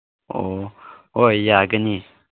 ꯑꯣ ꯍꯣꯏ ꯌꯥꯒꯅꯤ